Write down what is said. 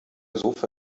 sofa